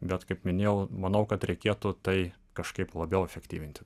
bet kaip minėjau manau kad reikėtų tai kažkaip labiau efektyvinti